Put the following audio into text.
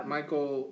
Michael